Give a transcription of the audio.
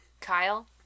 Kyle